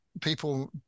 people